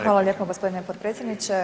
Hvala lijepa gospodine potpredsjedniče.